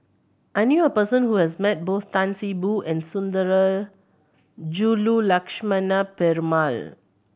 I knew a person who has met both Tan See Boo and Sundarajulu Lakshmana Perumal